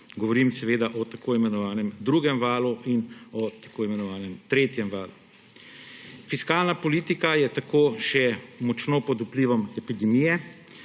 Govorim seveda o tako imenovanem drugem valu in o tako imenovanem tretjem valu. Fiskalna politika je tako še močno pod vplivom epidemije.